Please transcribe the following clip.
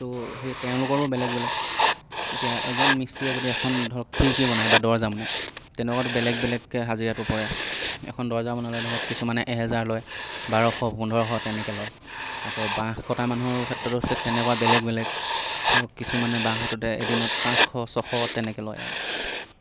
তো সেই তেওঁলোকৰো বেলেগ বেলেগ এতিয়া এজন মিস্ত্ৰীয়ে যদি এখন ধৰক খিৰিকি বনায় বা দৰ্জা বনায় তেনেকুৱাত বেলেগ বেলেগকৈ হাজিৰাটো পৰে এখন দৰ্জা বনালে ধৰক কিছুমানে এহেজাৰ লয় বাৰশ পোন্ধৰশ তেনেকৈ লয় আকৌ বাঁহ কটা মানুহৰো ক্ষেত্ৰত তেনেকুৱা বেলেগ বেলেগ কিছুমানে বাঁহ কাটোঁতে এদিনত পাঁচশ ছশ তেনেকৈ লয় আৰু